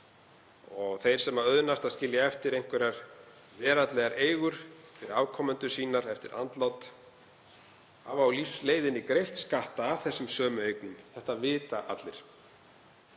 af. Þeim sem auðnast að skilja eftir einhverjar veraldlegar eigur fyrir afkomendur sínar eftir andlát hafa á lífsleiðinni greitt skatta af þessum sömu eignum. Þetta vita allir.